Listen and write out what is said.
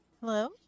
hello